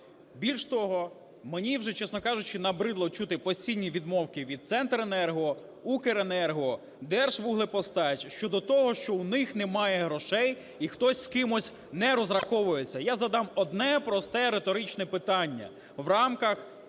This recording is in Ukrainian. Більш того, мені вже, чесно кажучи, набридло чути постійні відмовки від "Центренерго", "Укренерго", "Держвуглепостач" щодо того, що у них немає грошей і хтось з кимось не розраховується. Я задам одне просте риторичне питання в рамках